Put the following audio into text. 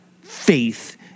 faith